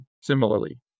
Similarly